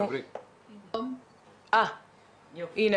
אני רוצה לשמוע את משרד האוצר בינתיים, עד שננסה